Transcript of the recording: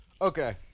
Okay